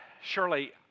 surely